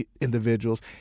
individuals